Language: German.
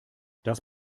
das